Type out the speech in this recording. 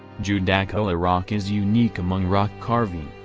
judaculla rock is unique among rock carving,